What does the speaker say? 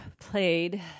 played